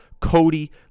cody